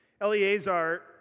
Eleazar